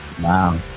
Wow